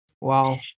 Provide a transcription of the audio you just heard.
Wow